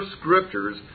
scriptures